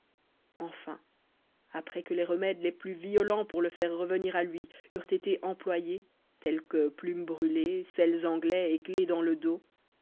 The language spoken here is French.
enfin après que les remèdes les plus violents pour le faire revenir à lui eurent été employés tels que plumes brûlées sels anglais et clefs dans le dos